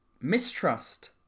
mistrust